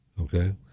Okay